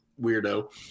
weirdo